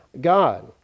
God